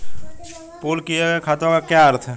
Pool किए गए खातों का क्या अर्थ है?